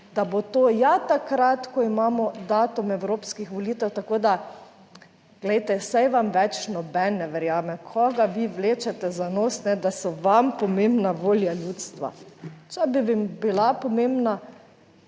da bo to ja takrat, ko imamo datum evropskih volitev. Tako, da glejte, saj vam več noben ne verjame. Koga vi vlečete za nos, da so vam pomembna volja ljudstva? Če bi vam bila pomembna,